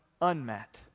unmet